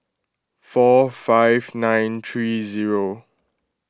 four five nine three zero